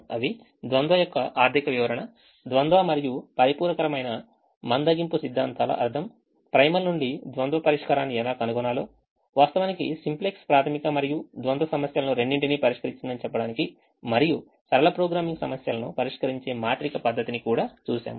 అవి ద్వంద్వ యొక్క ఆర్థిక వివరణ ద్వంద్వ మరియు పరిపూరకరమైన మందగింపు సిద్ధాంతాల అర్థం ప్రైమల్ నుండి ద్వంద్వ పరిష్కారాన్ని ఎలా కనుగొనాలో వాస్తవానికి సింప్లెక్స్ ప్రాథమిక మరియు ద్వంద్వ సమస్యలను రెండింటినీ పరిష్కరిస్తుందని చెప్పడానికి మరియు సరళ ప్రోగ్రామింగ్ సమస్యలను పరిష్కరించే మాత్రిక పద్ధతిని కూడా చూసాము